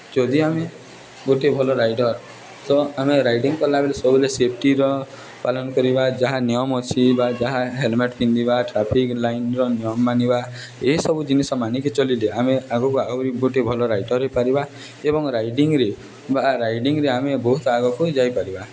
ଯଦି ଆମେ ଗୋଟେ ଭଲ ରାଇଡ଼ର୍ ତ ଆମେ ରାଇଡିଂ କଲାବେଳେ ସବୁବେଳେ ସେଫ୍ଟିର ପାଳନ କରିବା ଯାହା ନିୟମ ଅଛି ବା ଯାହା ହେଲ୍ମେଟ୍ ପିନ୍ଧିବା ଟ୍ରାଫିକ୍ ଲାଇନ୍ର ନିୟମ ମାନିବା ଏହିସବୁ ଜିନିଷ ମାନିକି ଚଳିଲେ ଆମେ ଆଗକୁ ଆଗରି ଗୋଟେ ଭଲ ରାଇଡ଼ର୍ ହୋଇପାରିବା ଏବଂ ରାଇଡିଂରେ ବା ରାଇଡିଂରେ ଆମେ ବହୁତ ଆଗକୁ ଯାଇପାରିବା